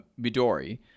Midori